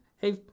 hey